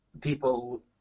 people